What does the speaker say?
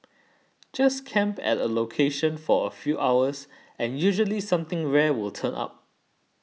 just camp at a location for a few hours and usually something rare will turn up